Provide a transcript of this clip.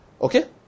Okay